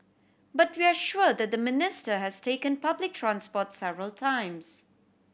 but we are sure that the Minister has taken public transport several times